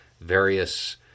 various